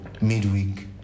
midweek